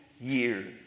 years